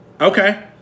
Okay